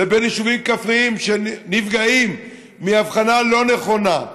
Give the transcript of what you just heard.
לבין יישובים כפריים שנפגעים מהבחנה לא נכונה.